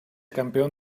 campeón